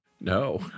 No